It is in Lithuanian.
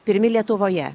pirmi lietuvoje